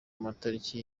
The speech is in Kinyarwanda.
matariki